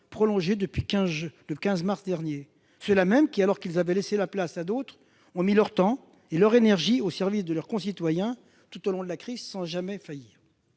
prolongé depuis le 15 mars dernier, ceux-là mêmes qui, alors qu'ils avaient laissé la place à d'autres, ont mis leur temps et leur énergie au service de leurs concitoyens, tout au long de la crise, sans jamais faillir.